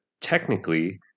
technically